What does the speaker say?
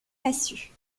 massue